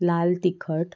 लाल तिखट